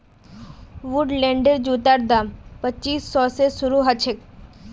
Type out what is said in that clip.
वुडलैंडेर जूतार दाम पच्चीस सौ स शुरू ह छेक